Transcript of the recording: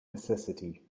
necessity